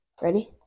Ready